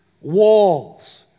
walls